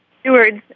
stewards